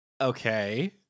Okay